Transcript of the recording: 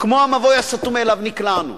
כמו המבוי הסתום שאליו נקלענו.